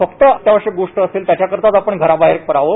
फक्त आत्यावश्यक गोष्ट असेल त्याच्याकरताच आपण घरा बाहेर पडावं